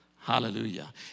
Hallelujah